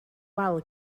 wal